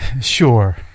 Sure